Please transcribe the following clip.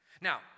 Now